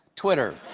twitter.